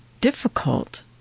difficult